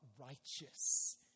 righteous